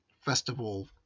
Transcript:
festival